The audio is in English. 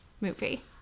movie